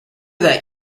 that